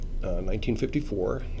1954